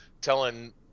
telling